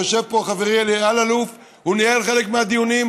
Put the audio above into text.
ויושב פה חברי אלי אלאלוף, הוא ניהל חלק מהדיונים.